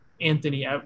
Anthony